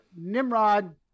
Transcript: Nimrod